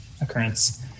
occurrence